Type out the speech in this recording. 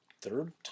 Third